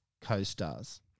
co-stars